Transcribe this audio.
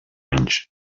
anys